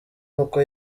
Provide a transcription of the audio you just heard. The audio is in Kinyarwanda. uko